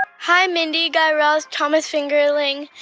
ah hi, mindy, guy raz, thomas fingerling,